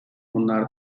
bunlar